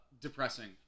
depressing